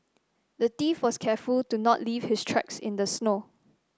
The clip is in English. the thief was careful to not leave his tracks in the snow